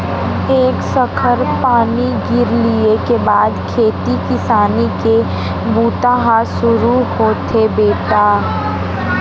एक सखर पानी गिर लिये के बाद खेती किसानी के बूता ह सुरू होथे बेटा